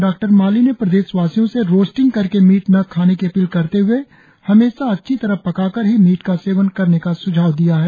डॉ माली ने प्रदेशवासियों से रोस्टिंग करके मीट न खाने की अपील करते हए हमेशा अच्छी तरह पकाकर ही मीट का सेवन करने का सुझाव दिया है